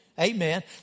Amen